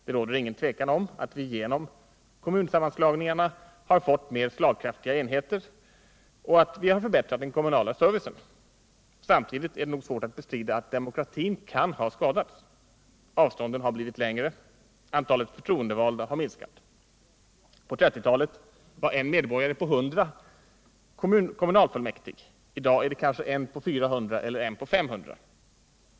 Det råder ingen tvekan om att vi genom kommunsammanslagningarna har fått mer slagkraftiga enheter och att den kommunala servicen har förbättrats. Samtidigt är det nog svårt att bestrida att demokratin kan ha skadats. Avstånden har blivit längre, och antalet förtroendevalda har minskat kraftigt. På 1930-talet var I medborgare på 100 kommunfullmäktig. I dag är det kanske 1 på 400 eller 500.